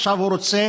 ועכשיו הוא רוצה,